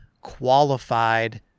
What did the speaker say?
qualified